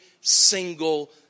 single